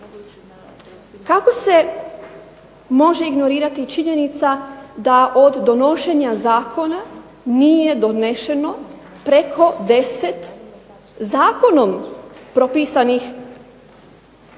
Kako se može ignorirati činjenica da od donošenja Zakona nije doneseno preko 10 zakonom predviđenih podzakonskih